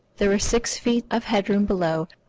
there were six feet of head-room below,